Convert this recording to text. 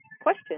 question